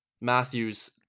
Matthews